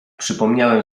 przypomniałem